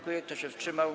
Kto się wstrzymał?